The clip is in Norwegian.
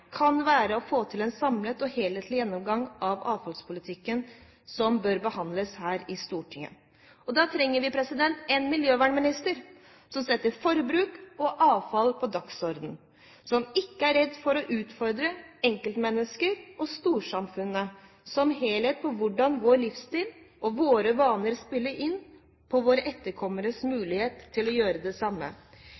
kan være å få til en samlet og helhetlig gjennomgang av avfallspolitikken, som bør behandles her i Stortinget. Da trenger vi en miljøvernminister som setter forbruk og avfall på dagsordenen, og som ikke er redd for å utfordre enkeltmennesker og storsamfunnet som helhet på hvordan vår livsstil og våre vaner spiller inn på våre etterkommeres